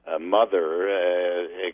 mother